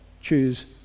choose